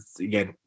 again